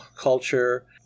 culture